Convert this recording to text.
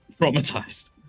traumatized